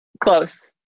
Close